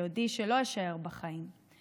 ביודעי שלא אישאר בחיים,